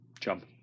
jump